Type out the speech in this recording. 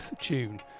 June